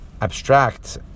abstract